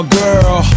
girl